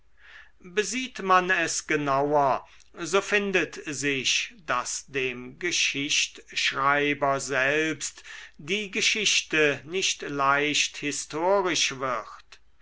besieht man es genauer so findet sich daß dem geschichtschreiber selbst die geschichte nicht leicht historisch wird